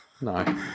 No